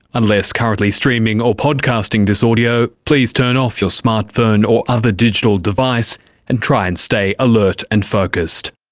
unless currently streaming or podcasting this audio, please turn off your smart phone or other digital device and try and stay alert and focussed.